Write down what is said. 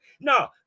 No